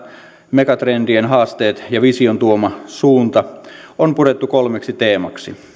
megatrendien haasteet ja vision tuoma suunta on purettu kolmeksi teemaksi